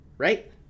right